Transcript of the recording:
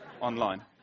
online